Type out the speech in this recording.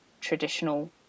traditional